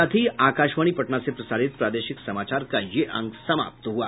इसके साथ ही आकाशवाणी पटना से प्रसारित प्रादेशिक समाचार का ये अंक समाप्त हुआ